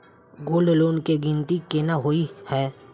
Gold loan केँ गिनती केना होइ हय?